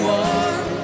one